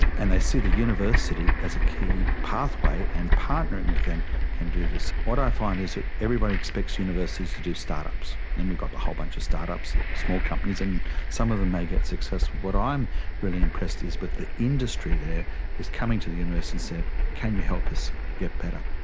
and they see the university as a key pathway, and partnering with them can do this. what i find is everybody expects universities to do start-ups, then we got a whole bunch of start-ups, small companies, and some of them may get successful. what i'm really impressed with is but the industry there is coming to the university and saying can you help us get better.